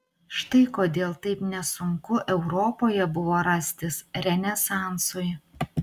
štai kodėl taip nesunku europoje buvo rastis renesansui